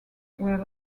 were